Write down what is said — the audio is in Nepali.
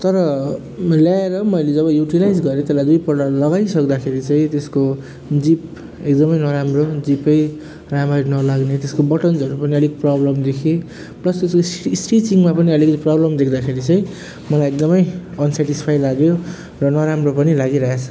तर ल्याएर मैले जब युटिलाइज गरेँ त्यसलाई दुईपल्ट लगाइसक्दाखेरि चाहिँ त्यसको जिप एकदमै नराम्रो जिपै राम्ररी नलाग्ने त्यसको बटन्जहरू पनि अलिक प्रब्लम देखेँ प्लस उ त्यसको स्टिचिङमा पनि अलिकति प्रब्लम देख्दाखेरि चाहिँ मलाई एकदमै अनसेटिस्फाई लाग्यो र नराम्रो पनि लागिरहेको छ